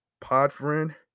Podfriend